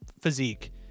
physique